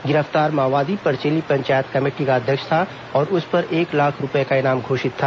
गिरफ्तार माओवादी परचेली पंचायत कमेटी का अध्यक्ष था और उस पर एक लाख रूपये का इनाम घोषित था